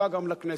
זקוקה גם לכנסת.